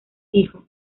hijo